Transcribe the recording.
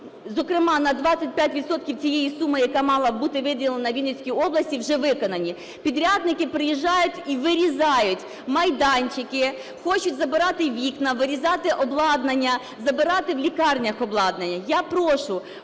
зокрема на 25 відсотків цієї суми, яка мала бути виділена у Вінницькій області, вже виконані. Підрядники приїжджають і вирізають майданчики, хочуть забирати вікна, вирізати обладнання, забирати в лікарнях обладнання. Я прошу